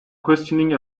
questioning